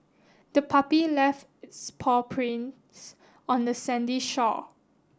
the puppy left its paw prints on the sandy shore